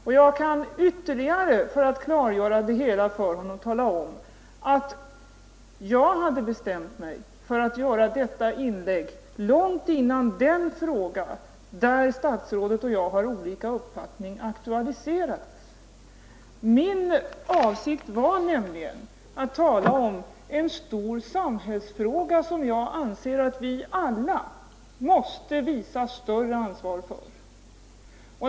För att ytterligare klargöra det hela kan jag tala om för herr Carlshamre att jag redan hade bestämt mig för att göra detta inlägg långt innan den fråga aktualiserats där statsrådet och jag har olika uppfattningar. Min avsikt var nämligen att tala om vad jag ser som en stor samhällsfråga, som jag anser att vi alla måste visa större ansvar för.